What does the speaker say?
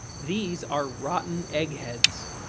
these are rotten egg heads.